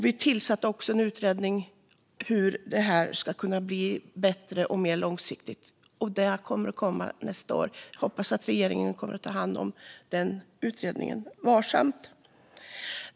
Vi tillsatte också en utredning av hur detta ska kunna bli bättre och mer långsiktigt. Utredningens betänkande kommer nästa år, och jag hoppas att regeringen kommer att ta hand om det varsamt.